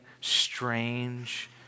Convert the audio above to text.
strange